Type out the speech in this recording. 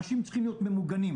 אנשים צריכים להיות ממוגנים,